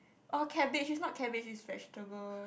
oh cabbage is not cabbage is vegetable